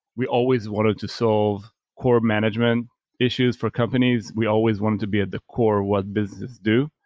we always wanted to solve core management issues for companies. we always wanted to be at the core, what business do,